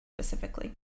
specifically